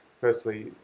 Firstly